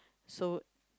so